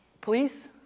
please